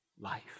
Life